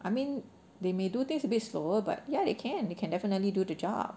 I mean they may do things a bit slower but ya they can they can definitely do the job